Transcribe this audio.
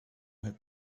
had